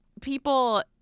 people